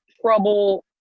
trouble